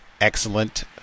excellent